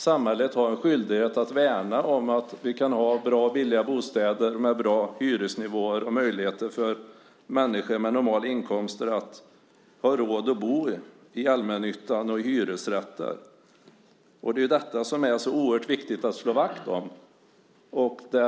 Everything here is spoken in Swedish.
Samhället har en skyldighet att värna om bra och billiga bostäder med bra hyresnivåer och om möjligheten för människor med normala inkomster att ha råd att bo i allmännyttan och hyresrätter. Det är detta som det är så oerhört viktigt att slå vakt om.